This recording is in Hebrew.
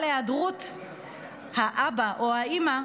מטורפת בבית בגלל היעדרות האבא או האימא,